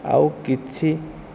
ଆଉ କିଛି